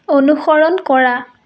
অনুসৰণ কৰা